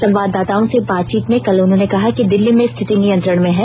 संवाददाताओं से बातचीत में कल उन्होंने कहा कि दिल्ली में स्थिति नियंत्रण में है